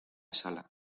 sala